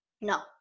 no